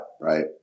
right